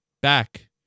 back